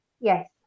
Yes